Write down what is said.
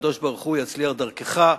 והקדוש-ברוך-הוא יצליח דרכך,